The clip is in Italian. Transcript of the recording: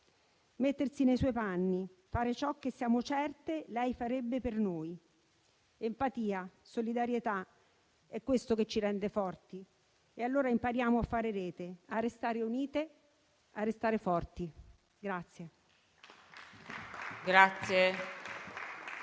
mettersi nei suoi panni, fare ciò che siamo certe lei farebbe per noi. Empatia, solidarietà, è questo che ci rende forti. E allora impariamo a fare rete, a restare unite, a restare forti.